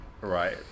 right